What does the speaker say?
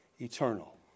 eternal